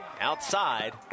outside